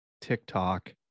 TikTok